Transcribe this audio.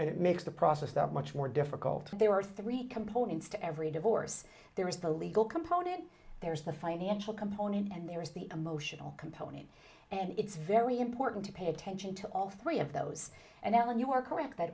and it makes the process that much more difficult there are three components to every divorce there is the legal component there is the financial component and there is the emotional component and it's very important to pay attention to all three of those and that when you are correct that